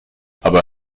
aber